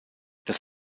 das